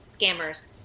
Scammers